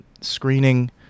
screening